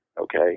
okay